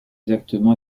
exactement